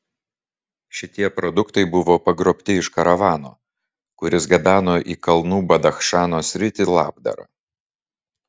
šitie produktai buvo pagrobti iš karavano kuris gabeno į kalnų badachšano sritį labdarą